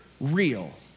real